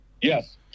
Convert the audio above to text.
Yes